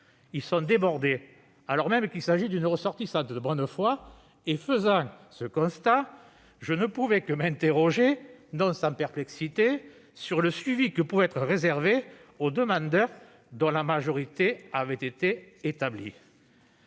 étaient débordés, alors même qu'il s'agissait en l'espèce d'une ressortissante de bonne foi. Faisant ce constat, je ne pouvais que m'interroger, non sans perplexité, sur le suivi susceptible d'être réservé au demandeur dont la majorité avait été établie